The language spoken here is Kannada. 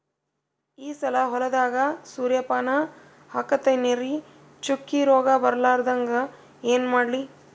ಈ ಸಲ ಹೊಲದಾಗ ಸೂರ್ಯಪಾನ ಹಾಕತಿನರಿ, ಚುಕ್ಕಿ ರೋಗ ಬರಲಾರದಂಗ ಏನ ಮಾಡ್ಲಿ?